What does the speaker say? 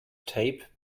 tape